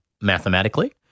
mathematically